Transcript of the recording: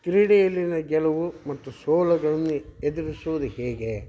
ಕ್ರೀಡೆಯಲ್ಲಿನ ಗೆಲವು ಮತ್ತು ಸೋಲಗಳನ್ನು ಎದುರಿಸುವುದು ಹೇಗೆ